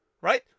right